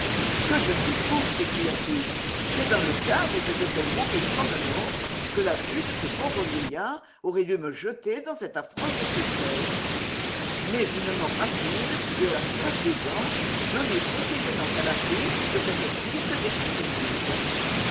que je suis fou s'écria-t-il c'est dans le cas où je devrais mourir comme un autre que la vue de ce pauvre vieillard aurait dû me jeter dans cette affreuse tristesse mais une mort rapide et à la fleur des ans me met précisément à l'abri de cette triste décrépitude